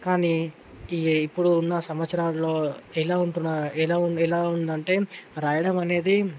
కానీ ఈ ఇప్పుడు ఉన్న సంవత్సరంలో ఎలా ఉంటున్నారు ఎలా ఎలా ఉంది అంటే రాయడం అనేది